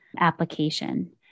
application